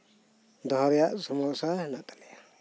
ᱫᱚᱦᱚ ᱨᱮᱭᱟᱜ ᱥᱚᱢᱚᱥᱥᱟ ᱢᱮᱱᱟᱜ ᱠᱟᱜ ᱛᱟᱞᱮᱭᱟ